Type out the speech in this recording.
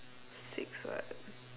six [what]